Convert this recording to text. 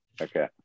Okay